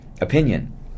opinion